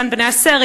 דן בניה סרי,